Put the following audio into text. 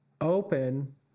open